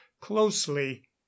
closely